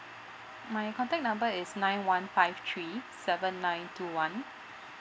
my contact number is nine one five three seven nine two one